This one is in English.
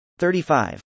35